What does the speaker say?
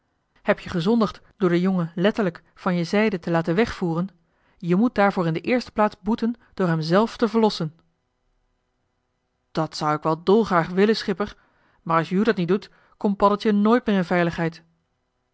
heb-je gezondigd door den jongen letterlijk van je zijde te laten wegvoeren je moet daarvoor in de eerste plaats boeten door hem zelf te verlossen dat zou ik wel dolgraag willen schipper maar als joe dat niet doet komt paddeltje nooit meer in veiligheid